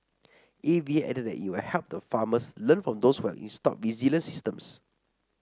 A V A added that it will help the farmers learn from those who have installed resilient systems